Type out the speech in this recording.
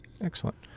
Excellent